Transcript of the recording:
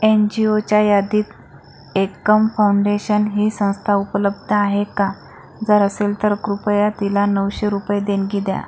N G ओच्या यादीत Ekam foundation ही संस्था उपलब्ध आहे का जर असेल तर कृपया तिला नऊशे रुपये देणगी द्या